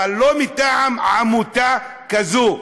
אבל לא מטעם עמותה כזו,